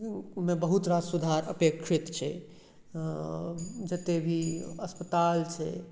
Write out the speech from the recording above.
मे बहुत रास सुधार अपेक्षित छै जते भी अस्पताल छै